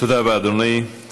תודה רבה, אדוני.